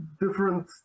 different